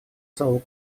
залу